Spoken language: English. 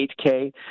8K